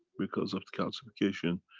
because of the calcification,